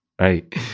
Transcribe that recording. right